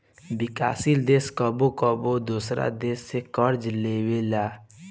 विकासशील देश कबो कबो दोसरा देश से कर्ज लेबेला